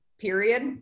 period